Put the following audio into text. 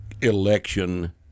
election –